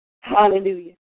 Hallelujah